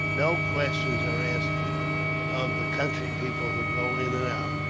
no questions are asked of the country people who go in and out.